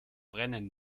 brennen